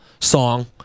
Song